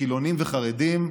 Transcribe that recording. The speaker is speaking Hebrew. חילונים וחרדים.